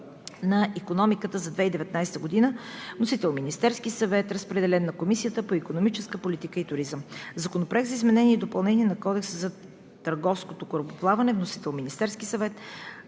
на икономиката за 2019 г. Вносител е Министерският съвет. Разпределен е на Комисията по икономическа политика и туризъм. Законопроект за изменение и допълнение на Кодекса за търговското корабоплаване. Вносител е Министерският съвет.